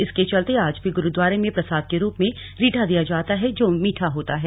इसके चलते आज भी गुरुद्वारे में प्रसाद के रूप में रीठा दिया जाता है जो मीठा होता है